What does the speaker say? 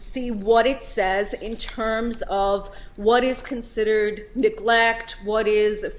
see what it says in charms of what is considered neglect what is th